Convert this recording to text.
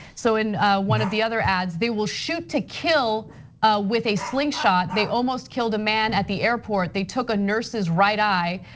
so in one of the other ads they will shoot to kill with a slingshot. they almost killed a man at the airport. they took a nurses right eye.